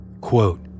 quote